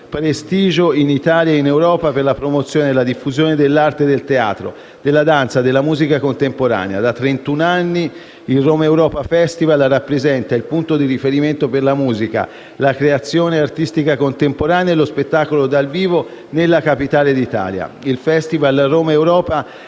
prestigio, in Italia e in Europa, per la promozione e la diffusione dell'arte, del teatro, della danza e della musica contemporanea. Da trentuno anni il Romaeuropa Festival rappresenta il punto di riferimento per la musica, la creazione artistica contemporanea e lo spettacolo dal vivo nella Capitale d'Italia. Il Festival Romaeuropa